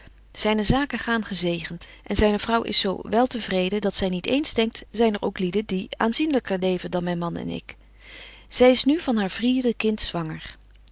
zyne zaken gaan gezegent en zyne vrouw is zo wel te vreden dat zy niet eens denkt zyn er ook lieden die aanzienlyker leven dan myn man en ik zy is nu van haar vierde kind zwanger